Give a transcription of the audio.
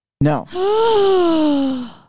No